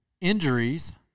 injuries